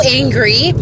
angry